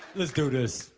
let's do this.